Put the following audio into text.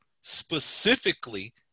specifically